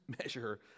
measure